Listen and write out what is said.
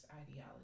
ideology